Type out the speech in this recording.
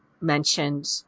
mentioned